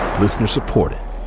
Listener-supported